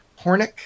Hornick